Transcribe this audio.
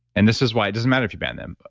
and this is why it doesn't matter if you ban them,